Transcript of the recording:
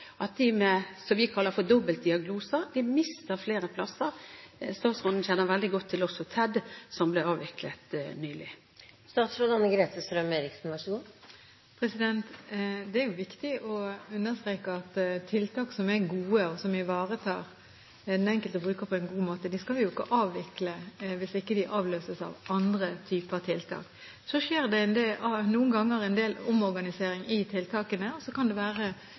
at de med det som vi kaller dobbeltdiagnoser, mister flere plasser. Statsråden kjenner også veldig godt til TEDD, som ble avviklet nylig. Det er viktig å understreke at tiltak som er gode, og som ivaretar den enkelte bruker på en god måte, skal vi ikke avvikle hvis de ikke avløses av andre typer tiltak. Så skjer det noen ganger en del omorganisering i tiltakene, og så kan det være